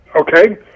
Okay